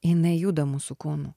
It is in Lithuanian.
jinai juda mūsų kūnu